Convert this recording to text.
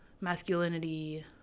masculinity